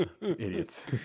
Idiots